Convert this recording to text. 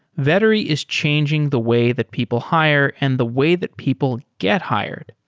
vettery is changing the way that people hire and the way that people get hired.